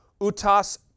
utas